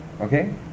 Okay